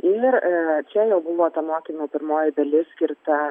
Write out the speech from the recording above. ir čia jau buvo ta mokymų pirmoji dalis skirta